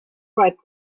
right